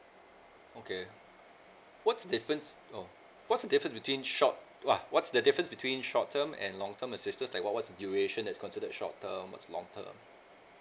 okay what's difference oh what's the difference between short !wah! what's the difference between short term and long term assistance like what what's the duration that's considered short term what's long term